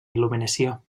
il·luminació